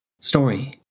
story